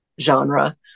genre